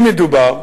אם מדובר,